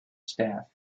staff